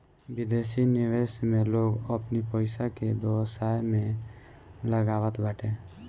विदेशी निवेश में लोग अपनी पईसा के व्यवसाय में लगावत बाटे